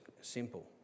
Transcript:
simple